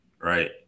right